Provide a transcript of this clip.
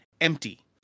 empty